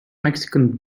mexican